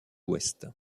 ouest